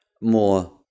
more